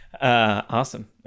Awesome